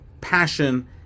passion